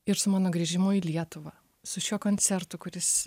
ir su mano grįžimu į lietuvą su šiuo koncertu kuris